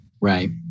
Right